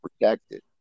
protected